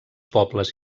pobles